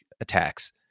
attacks